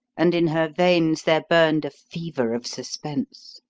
and in her veins there burned a fever of suspense.